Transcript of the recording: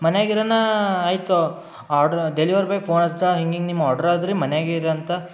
ಮನೆಗಿರೊನಾ ಆಯಿತು order delivery boy phone ಹಚ್ಚಿದ ಹಿಂಗಿಂಗೆ ನಿಮ್ಮ ಆರ್ಡ್ ಇದ್ರಿ ಮನೆಗೆ ಇರಿ ಅಂತ